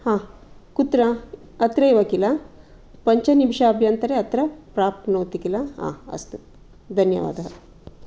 हा कुत्र अत्रैव किल पञ्चनिमिषाभ्यन्तरे अत्र प्राप्नोति किल हा अस्तु धन्यवादः